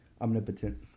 omnipotent